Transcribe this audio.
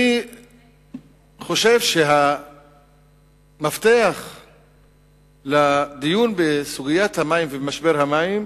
אני חושב שהמפתח לדיון בסוגיית המים ובמשבר המים